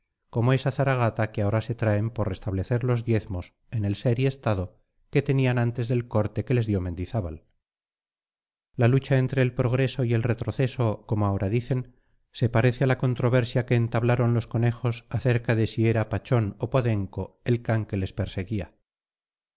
como esa zaragata que ahora se traen por restablecer los diezmos en el ser y estado que tenían antes del corte que les dio mendizábal la lucha entre el progreso y el retroceso como ahora dicen se parece a la controversia que entablaron los conejos acerca de si era pachón o podenco el can que les perseguía